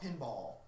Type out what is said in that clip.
Pinball